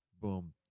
Boom